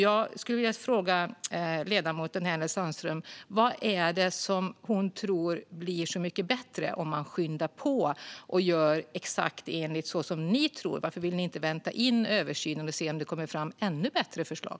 Jag skulle vilja fråga ledamoten Hänel Sandström vad det är hon tror blir så mycket bättre om man skyndar på och gör exakt så som ni tror. Varför vill ni inte vänta in översynen och se om det kommer fram ännu bättre förslag?